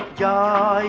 da